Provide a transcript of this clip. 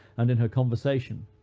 and in her conversation